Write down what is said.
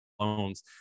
loans